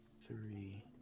three